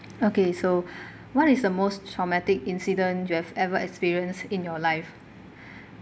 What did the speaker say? okay so what is the most traumatic incident you've ever experienced in your life